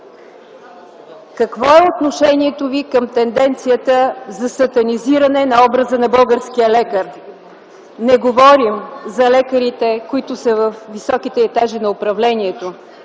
Какво е отношението Ви към тенденцията за сатанизиране на образа на българския лекар? Не говорим за лекарите, които са във високите етажи на управлението